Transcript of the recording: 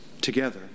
together